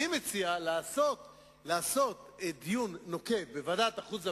אני מציע לעשות דיון נוקב בוועדת החוץ והביטחון,